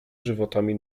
żywotami